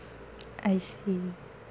I see